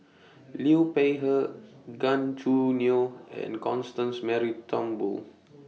Liu Peihe Gan Choo Neo and Constance Mary Turnbull